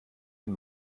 den